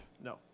No